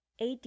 AD